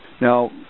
Now